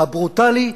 הברוטלי,